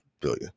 billion